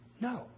No